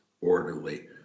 orderly